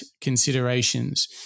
considerations